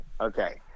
Okay